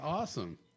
awesome